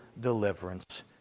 deliverance